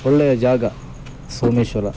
ಒಳ್ಳೆಯ ಜಾಗ ಸೋಮೇಶ್ವರ